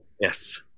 Yes